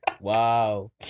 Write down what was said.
Wow